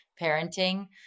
parenting